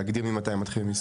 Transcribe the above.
להגדיר ממתי מתחילים לספור.